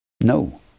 No